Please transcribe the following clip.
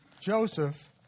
Joseph